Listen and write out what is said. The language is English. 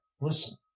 Listen